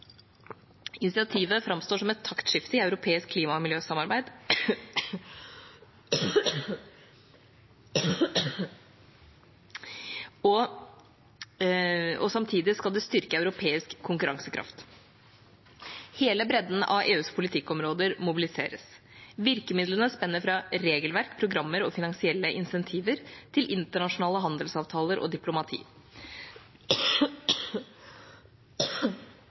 Initiativet framstår som et taktskifte i europeisk klima- og miljøsamarbeid. Samtidig skal det styrke europeisk konkurransekraft. Hele bredden av EUs politikkområder mobiliseres. Virkemidlene spenner fra regelverk, programmer og finansielle insentiver til internasjonale handelsavtaler og diplomati.